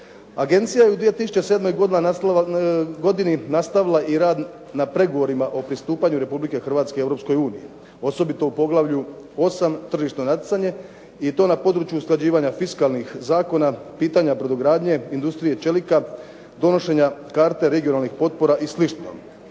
Agencija je u 2007. godini nastavila i rad na pregovorima o pristupanju Republike Hrvatske Europskoj uniji, osobito u Poglavlju 8. tržišno natjecanje i to na području usklađivanja fiskalnih zakona, pitanja brodogradnje, industrije čelika, donošenja karte regionalnih potpora i sl.